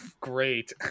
Great